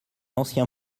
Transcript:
ancien